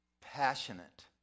passionate